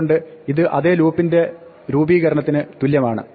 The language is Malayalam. അതുകൊണ്ട് ഇത് അതേ ലൂപ്പിന്റെ രൂപീകരണത്തിന് തുല്യമാണ്